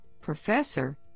Professor